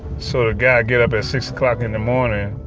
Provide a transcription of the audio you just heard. sort of guy gets up at six o'clock in the morning